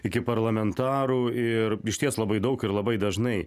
iki parlamentarų ir išties labai daug ir labai dažnai